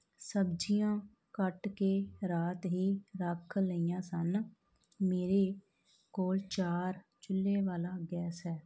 ਸਬਜ਼ੀਆਂ ਕੱਟ ਕੇ ਰਾਤ ਹੀ ਰੱਖ ਲਈਆਂ ਸਨ ਮੇਰੇ ਕੋਲ ਚਾਰ ਚੁੱਲ੍ਹੇ ਵਾਲਾ ਗੈਸ ਹੈ